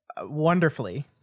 wonderfully